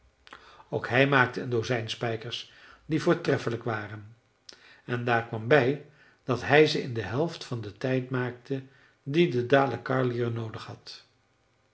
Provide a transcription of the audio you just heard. ook hij maakte een dozijn spijkers die voortreffelijk waren en daar kwam bij dat hij ze in de helft van den tijd maakte dien de dalecarliër noodig had